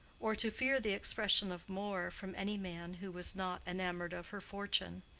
or to fear the expression of more from any man who was not enamored of her fortune.